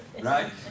right